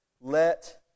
let